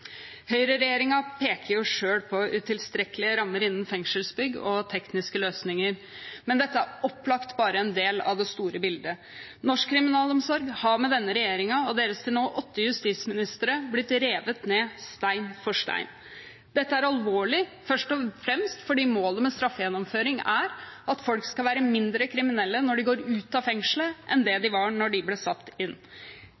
Høyreregjeringen peker jo selv på utilstrekkelige rammer innen fengselsbygg og tekniske løsninger, men dette er opplagt bare en del av det store bildet. Norsk kriminalomsorg har med denne regjeringen og deres til nå åtte justisministre blitt revet ned stein for stein. Dette er alvorlig, først og fremst fordi målet med straffegjennomføring er at folk skal være mindre kriminelle når de går ut av fengselet, enn